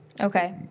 Okay